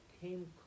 came